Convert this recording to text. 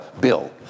bill